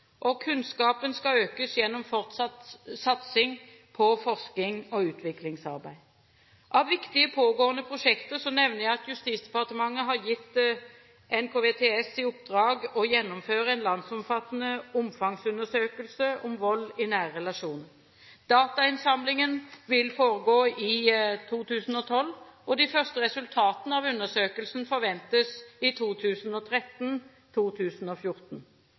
konsekvenser. Kunnskapen skal økes gjennom fortsatt satsing på forskning og utviklingsarbeid. Av viktige pågående prosjekter nevner jeg at Justisdepartementet har gitt NKVTS i oppdrag å gjennomføre en landsomfattende omfangsundersøkelse om vold i nære relasjoner. Datainnsamlingen vil foregå i 2012, og de første resultatene av undersøkelsen forventes i